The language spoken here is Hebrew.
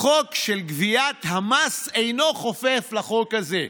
החוק של גביית המס אינו חופף לחוק הזה.